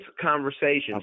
conversations